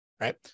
right